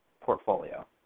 portfolio